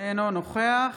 אינו נוכח